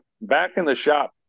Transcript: back-in-the-shop